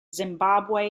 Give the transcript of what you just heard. zimbabwe